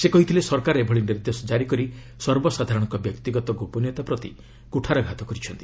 ସେ କହିଥିଲେ ସରକାର ଏଭଳି ନିର୍ଦ୍ଦେଶ କାରି କରି ସର୍ବସାଧାରଣଙ୍କ ବ୍ୟକ୍ତିଗତ ଗୋପନୀୟତା ପ୍ରତି କୁଠାରଘାତ କରିଛନ୍ତି